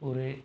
पूरे